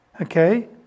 Okay